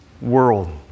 world